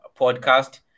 podcast